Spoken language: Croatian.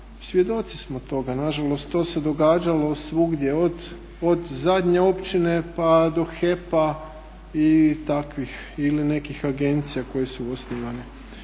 svjedoci smo toga. Nažalost to se događalo svugdje od zadnje općine pa do HEP-a ili nekih agencija koje su osnivane.